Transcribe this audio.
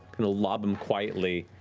and lob them quietly,